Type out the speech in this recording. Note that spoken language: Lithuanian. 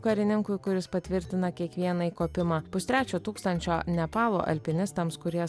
karininkui kuris patvirtina kiekvieną įkopimą pustrečio tūkstančio nepalo alpinistams kurie